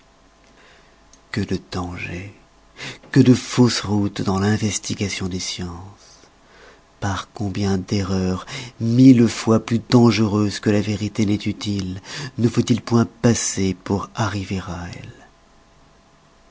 que de dangers que de fausses routes dans l'investigation des sciences par combien d'erreurs mille fois plus dangereuses que la vérité n'est utile ne faut-il point passer pour arriver à elle